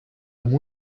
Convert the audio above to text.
amb